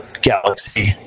galaxy